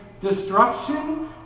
destruction